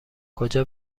کجا